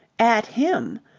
at him.